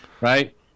right